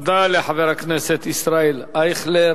תודה לחבר הכנסת ישראל אייכלר.